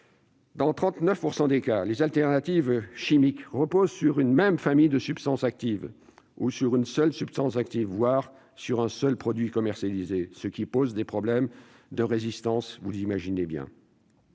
Dans 39 % des cas, les alternatives chimiques reposent sur une même famille de substances actives, ou une seule substance active, voire sur un seul produit commercialisé, ce qui pose, vous l'imaginez bien,